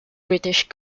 british